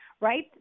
right